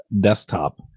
desktop